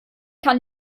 kann